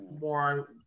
more